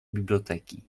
biblioteki